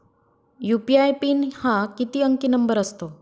UPI pin हा किती अंकी नंबर असतो?